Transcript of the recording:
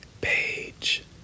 page